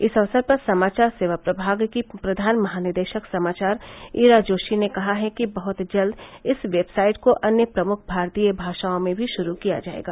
इस अवसर पर समाचार सेवा प्रभाग की प्रधान महानिदेशक समाचार इरा जोशी ने कहा है कि बहुत जल्द इस वेबसाइट को अन्य प्रमुख भारतीय भाषाओं में भी शुरू किया जाएगा